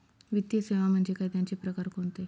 वित्तीय सेवा म्हणजे काय? त्यांचे प्रकार कोणते?